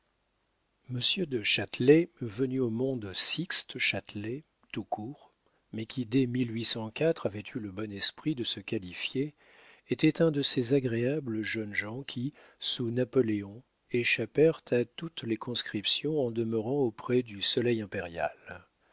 monsieur du châtelet venu au monde sixte châtelet tout court mais qui dès avait eu le bon esprit de se qualifier était un de ces agréables jeunes gens qui sous napoléon échappèrent à toutes les conscriptions en demeurant auprès du soleil impérial